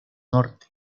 norte